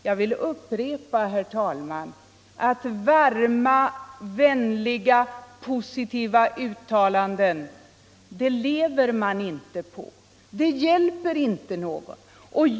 Jag vill upprepa, herr talman, att varma, vänliga och positiva uttalanden lever man inte på. De föder inte någon.